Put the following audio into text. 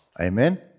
Amen